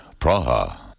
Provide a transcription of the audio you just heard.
Praha